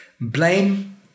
Blame